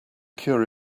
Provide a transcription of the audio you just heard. cure